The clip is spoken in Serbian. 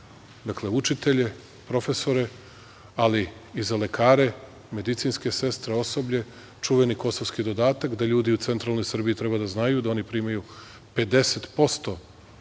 učitelje, profesore, ali i za lekare, medicinske sestre, osoblje, čuveni "kosovski dodatak", da ljudi u centralnoj Srbiji treba da znaju da oni primaju 50%